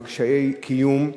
בקשיי קיום.